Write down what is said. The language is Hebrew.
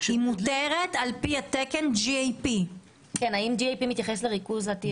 מותרת על פי התקן GAP. האם GAP מתייחס לריכוז ה-THC.